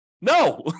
No